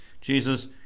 Jesus